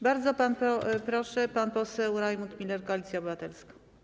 Bardzo proszę, pan poseł Rajmund Miller, Koalicja Obywatelska.